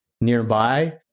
nearby